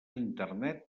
internet